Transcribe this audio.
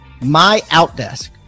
MyOutDesk